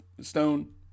Stone